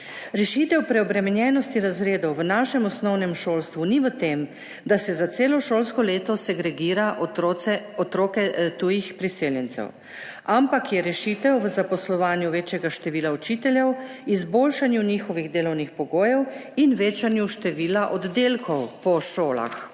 Rešitev preobremenjenosti razredov v našem osnovnem šolstvu ni v tem, da se za celo šolsko leto segregira otroke tujih priseljencev, ampak je rešitev v zaposlovanju večjega števila učiteljev, izboljšanju njihovih delovnih pogojev in večanju števila oddelkov po šolah.